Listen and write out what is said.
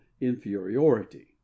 inferiority